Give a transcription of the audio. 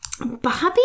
Bobby